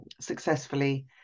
successfully